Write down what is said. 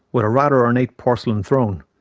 with a rather ornate porcelain throne.